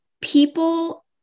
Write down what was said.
People